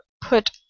put